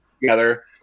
together